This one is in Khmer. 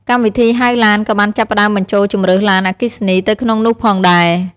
កម្មវិធីហៅឡានក៏បានចាប់ផ្តើមបញ្ចូលជម្រើសឡានអគ្គីសនីទៅក្នុងនោះផងដែរ។